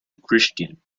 christian